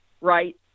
right